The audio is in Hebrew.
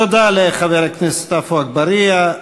תודה לחבר הכנסת עפו אגבאריה.